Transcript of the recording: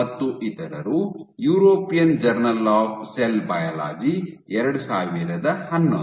et al ಮತ್ತು ಇತರರು European journal of cell biology 2011